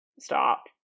stop